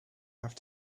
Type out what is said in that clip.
have